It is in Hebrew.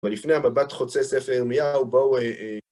אבל לפני המבט חוצה ספר ירמיהו, בואו...